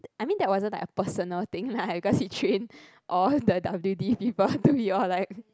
I mean that wasn't like a personal thing lah because he train all the W_D people to be all like